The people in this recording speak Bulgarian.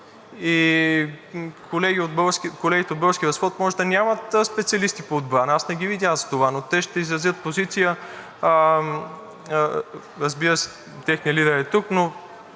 и колегите от „Български възход“ може да нямат специалисти по отбрана. Аз не ги виня за това. Но те ще изразят позиция, разбира се, техният лидер е тук, но